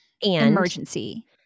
emergency